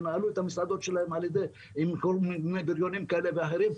ינהלו את המסעדות שלהם עם כל מיני בריונים כאלה ואחרים,